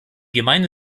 gemeinde